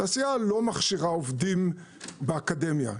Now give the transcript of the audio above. התעשייה לא מכשירה עובדים באקדמיה.